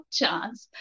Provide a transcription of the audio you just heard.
chance